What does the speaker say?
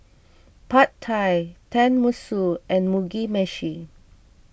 Pad Thai Tenmusu and Mugi Meshi